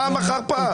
פעם אחר פעם.